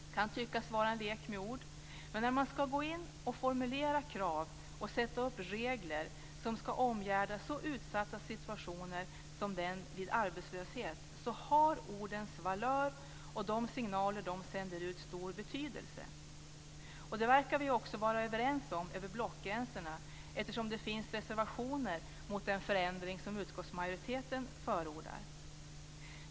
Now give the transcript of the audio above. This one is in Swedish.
Det kan tyckas vara en lek med ord men när man ska gå in och formulera krav och sätta upp regler som ska omgärda en så utsatt situation som den vid arbetslöshet har ordens valör och de signaler som sänds ut stor betydelse. Det verkar vi vara överens om över blockgränserna eftersom det finns reservationer mot den förändring som utskottsmajoriteten förordar.